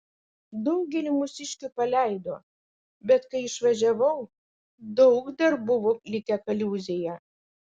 daugelį mūsiškių paleido bet kai išvažiavau daug dar buvo likę kaliūzėje